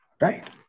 right